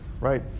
right